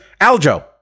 Aljo